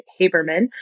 Haberman